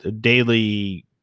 daily